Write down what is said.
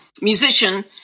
musician